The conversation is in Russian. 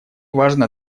важно